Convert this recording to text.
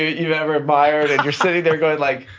you've ever admired and you're sitting there going like,